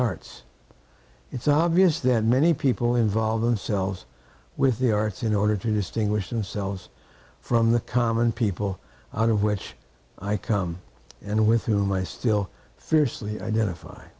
arts it's obvious that many people involve themselves with the arts in order to distinguish themselves from the common people out of which i come and with whom i still fiercely identify